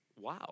Wow